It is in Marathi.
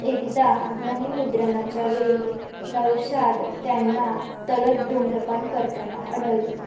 एकदा ध्वनिमुद्रणाच्या वेळी नौशाद त्यांना तलत धुम्रपान करताना आढळले